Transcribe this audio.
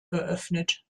geöffnet